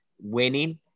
winning